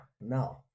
No